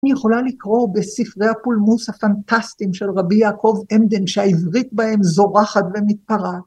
אני יכולה לקרוא בספרי הפולמוס הפנטסטיים של רבי יעקב אמדן שהעברית בהם זורחת ומתפרעת.